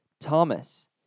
Thomas